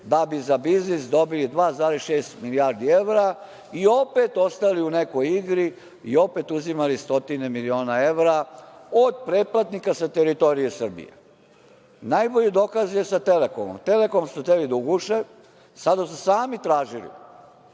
da bi za biznis dobili 2,6 milijardi evra i opet ostali u nekoj igri, i opet uzimali stotine miliona evra od pretplatnika sa teritorije Srbije. Najbolji dokaz je sa „Telekomom“. „Telekom“ su hteli da uguše, sada su sami tražili